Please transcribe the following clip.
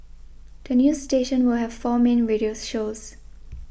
the new station will have four main radio shows